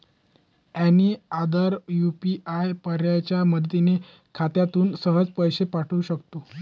any other UPI पर्यायाच्या मदतीने खात्यातून सहज पैसे पाठवू शकतो